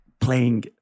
playing